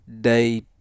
day